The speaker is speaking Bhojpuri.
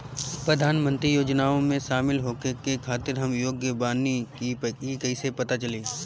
प्रधान मंत्री योजनओं में शामिल होखे के खातिर हम योग्य बानी ई कईसे पता चली?